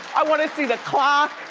i wanna see the clock.